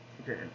Okay